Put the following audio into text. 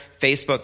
facebook